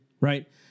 right